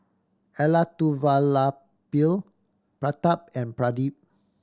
Elattuvalapil Pratap and Pradip